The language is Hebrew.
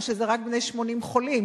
או שזה רק בני 80 חולים?